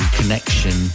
connection